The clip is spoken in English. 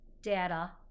data